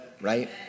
right